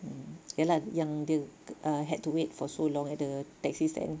mm ye lah yang dia had to wait for so long at the taxi stand